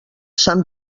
sant